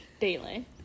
daily